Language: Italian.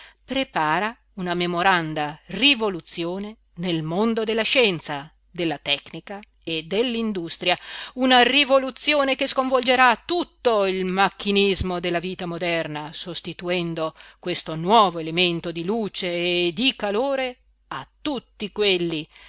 prepara una memoranda rivoluzione nel mondo della scienza della tecnica e dell'industria una rivoluzione che sconvolgerà tutto il macchinismo della vita moderna sostituendo questo nuovo elemento di luce e di calore a tutti quelli